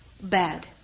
bad